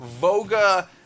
Voga